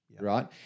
Right